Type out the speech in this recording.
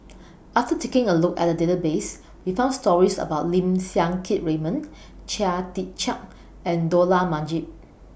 after taking A Look At The Database We found stories about Lim Siang Keat Raymond Chia Tee Chiak and Dollah Majid